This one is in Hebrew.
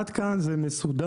עד כאן זה מסודר,